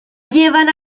llevan